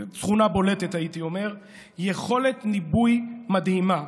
תכונה בולטת, הייתי אומר: יכולת ניבוי מדהימה.